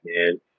man